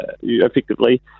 effectively